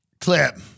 clip